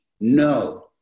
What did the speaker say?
No